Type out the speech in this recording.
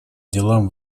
делам